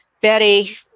Betty